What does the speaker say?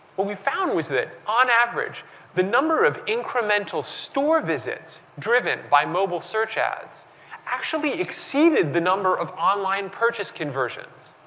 what we found was that, on average the number of incremental store visits driven by mobile search ads actually exceeded the number of online purchase conversions.